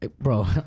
Bro